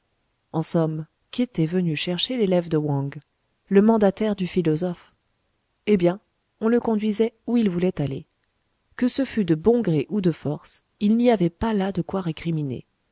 en somme qu'était venu chercher l'élève de wang le mandataire du philosophe eh bien on le conduisait où il voulait aller que ce fût de bon gré ou de force il n'y avait pas là de quoi